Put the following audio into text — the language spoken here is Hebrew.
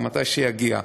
מתי שיגיע.